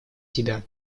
тебя